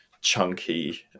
chunky